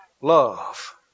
Love